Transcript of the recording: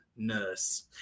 nurse